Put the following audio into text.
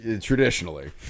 traditionally